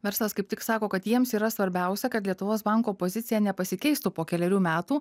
verslas kaip tik sako kad jiems yra svarbiausia kad lietuvos banko pozicija nepasikeistų po kelerių metų